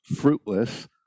fruitless